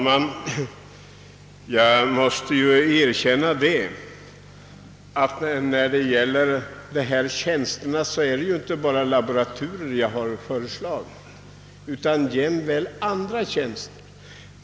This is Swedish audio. Herr talman! Jag erkänner att jag inte endast föreslagit inrättande av en laboratur utan även andra tjänster.